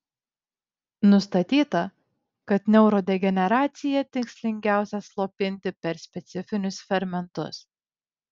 nustatyta kad neurodegeneraciją tikslingiausia slopinti per specifinius fermentus